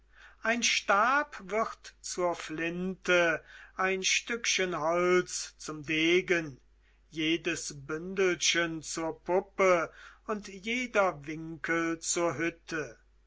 ein stab wird zur flinte ein stückchen holz zum degen jedes bündelchen zur puppe und jeder winkel zur hütte